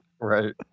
Right